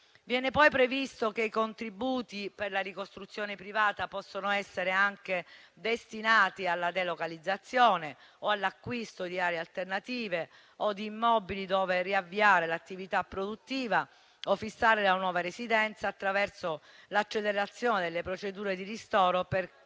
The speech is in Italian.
Viene poi previsto che i contributi per la ricostruzione privata possano essere anche destinati alla delocalizzazione o all'acquisto di aree alternative o di immobili dove riavviare l'attività produttiva o fissare la nuova residenza, attraverso l'accelerazione delle procedure di ristoro, per